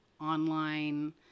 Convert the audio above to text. online